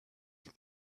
for